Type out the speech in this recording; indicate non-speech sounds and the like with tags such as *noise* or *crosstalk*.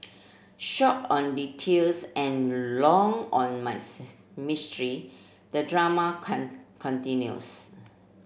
short on details and long on *unintelligible* mystery the drama *unintelligible* continues